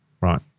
Right